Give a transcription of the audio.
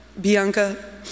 Bianca